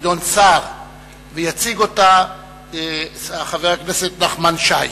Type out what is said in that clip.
גדעון סער ויציג אותה חבר הכנסת נחמן שי.